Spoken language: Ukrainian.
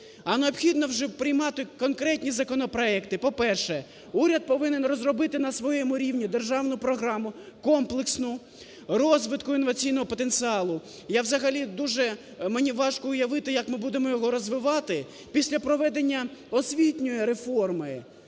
А необхідно вже приймати конкретні законопроекти. По-перше, уряд повинен розробити на своєму рівні державну програму комплексну розвитку інноваційного потенціалу. Я взагалі дуже, мені важко уявити, як ми будемо його розвивати після проведення освітньої реформи.